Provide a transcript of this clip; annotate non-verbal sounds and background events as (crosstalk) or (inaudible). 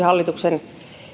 (unintelligible) hallituksen